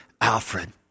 Alfred